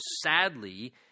sadly